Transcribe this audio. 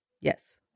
Yes